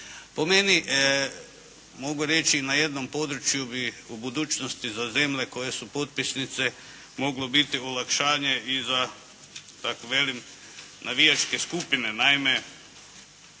Po meni, mogu reći na jednom području bi u budućnosti za zemlje koje su potpisnice moglo biti olakšanje i za, tak' velim, navijačke skupine. Naime,